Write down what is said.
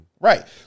Right